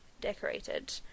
decorated